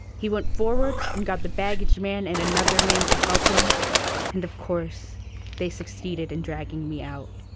he went forward and got the baggageman and another man to help him and of course they succeeded in dragging me out.